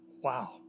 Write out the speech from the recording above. wow